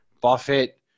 Buffett